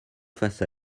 face